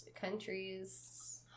countries